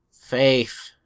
faith